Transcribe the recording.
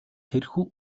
тэрхүү